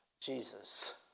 Jesus